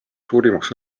suurimaks